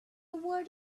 word